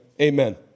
amen